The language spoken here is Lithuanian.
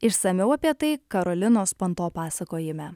išsamiau apie tai karolinos panto pasakojime